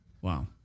Wow